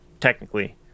technically